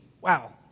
wow